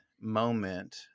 moment